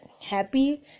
happy